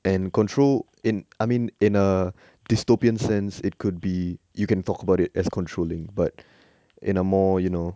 and control in I mean in a dystopian sense it could be you can talk about it as controlling but in a more you know